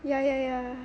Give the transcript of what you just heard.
ya ya ya